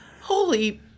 Holy